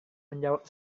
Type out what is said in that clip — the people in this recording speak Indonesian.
menjawab